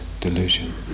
delusion